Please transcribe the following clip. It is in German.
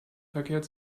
verkehrt